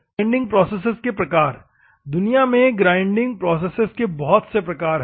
grinding processes के प्रकार दुनिया में ग्राइंडिंग प्रोसेसेज के बहुत से प्रकार हैं